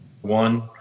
One